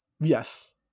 Yes